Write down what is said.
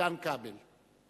איתן כבל.